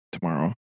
tomorrow